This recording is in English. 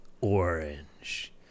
orange